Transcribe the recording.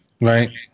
right